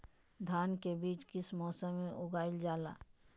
धान के बीज किस मौसम में उगाईल जाला?